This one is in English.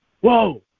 whoa